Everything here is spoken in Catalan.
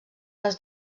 les